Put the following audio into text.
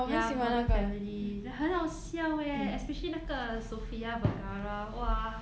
ya modern family like 很好笑 eh especially 那个 sofia vergara !wah!